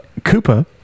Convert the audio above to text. Koopa